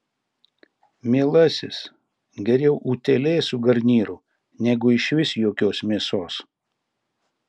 mielasis geriau utėlė su garnyru negu išvis jokios mėsos